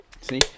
See